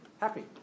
Happy